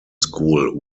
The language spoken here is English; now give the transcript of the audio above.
school